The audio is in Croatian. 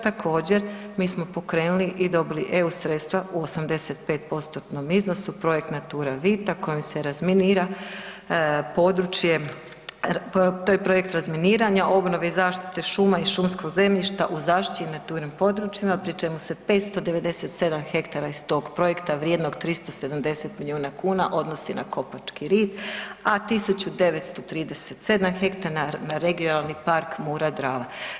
Također mi smo pokrenuli i dobili EU sredstva u 85%-tnom iznosu, projekt Naturavita kojom se razminira područje, to je projekt razminiranja, obnove i zaštite šuma i šumskog zemljišta u zaštićenim područjima pri čemu se 597 hektara iz tog projekta vrijednog 370 milijuna kuna odnosi na Kopački rit, a 1937 hektara na Regionalni park Mura-Drava.